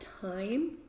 time